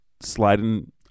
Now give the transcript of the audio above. sliding